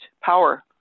power